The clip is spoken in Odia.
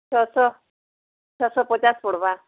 ଛଅଶହ ଛଅଶହ ପଚାଶ ପଡ଼୍ବା